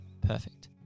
perfect